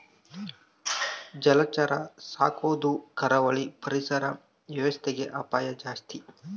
ಜಲಚರ ಸಾಕೊದು ಕರಾವಳಿ ಪರಿಸರ ವ್ಯವಸ್ಥೆಗೆ ಅಪಾಯ ಜಾಸ್ತಿ